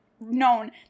known